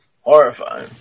horrifying